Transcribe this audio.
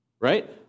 right